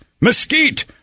Mesquite